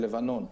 של לבנון,